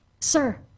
sir